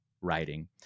writing